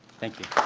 thank you.